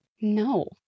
No